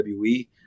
WWE